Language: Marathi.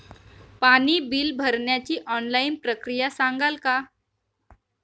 पाणी बिल भरण्याची ऑनलाईन प्रक्रिया सांगाल का?